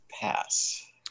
pass